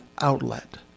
outlet